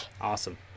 awesome